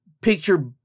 picture